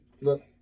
Look